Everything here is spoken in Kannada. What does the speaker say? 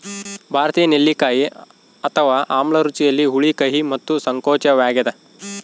ಭಾರತೀಯ ನೆಲ್ಲಿಕಾಯಿ ಅಥವಾ ಆಮ್ಲ ರುಚಿಯಲ್ಲಿ ಹುಳಿ ಕಹಿ ಮತ್ತು ಸಂಕೋಚವಾಗ್ಯದ